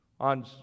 on